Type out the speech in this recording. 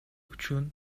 үчүн